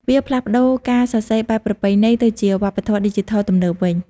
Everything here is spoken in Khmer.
វាផ្លាស់ប្តូរការសរសេរបែបប្រពៃណីទៅជាវប្បធម៌ឌីជីថលទំនើបវិញ។